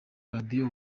radiyo